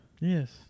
Yes